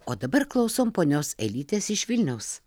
o dabar klausom ponios elytės iš vilniaus